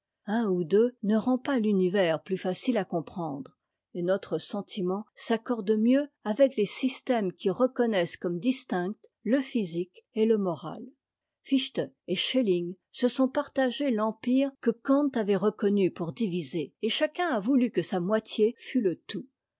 un ou deux ne rend pas l'univers plus facile à comprendre et notre sentiment s'accorde mieux avec les systèmes qui reconnaissent comme distincts le physique et le moral fichte et schelling se sont partagé l'empire que kant avait reconnu pour divisé et chacun a voulu que sa moitié fût le tout